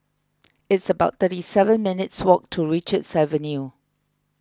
it's about thirty seven minutes' walk to Richards Avenue